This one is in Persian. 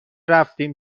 رفتیم